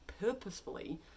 purposefully